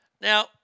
Now